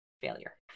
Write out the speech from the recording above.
failure